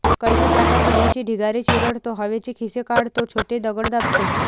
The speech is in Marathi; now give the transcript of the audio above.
कल्टीपॅकर घाणीचे ढिगारे चिरडतो, हवेचे खिसे काढतो, छोटे दगड दाबतो